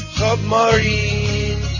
submarine